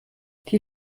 die